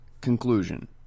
Conclusion